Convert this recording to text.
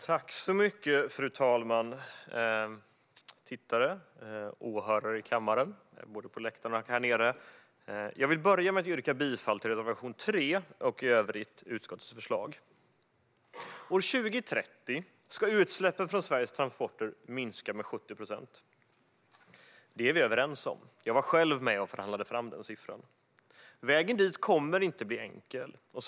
Fru talman! Tittare och åhörare i kammaren och på läktaren! Jag vill börja med att yrka bifall till reservation 3 och i övrigt till utskottets förslag. År 2030 ska utsläppen från Sveriges transporter minska med 70 procent. Det är vi överens om. Jag var själv med och förhandlade fram siffran. Vägen dit kommer inte att vara enkel.